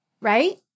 right